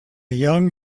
young